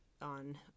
on